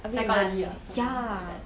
psychology ah or something like that